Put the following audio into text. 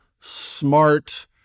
smart